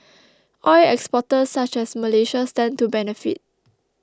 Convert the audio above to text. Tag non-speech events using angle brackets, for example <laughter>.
<noise> oil exporters such as Malaysia stand to benefit